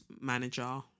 manager